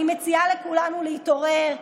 אני מציעה לכולנו להתעורר.